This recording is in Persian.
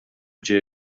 جـر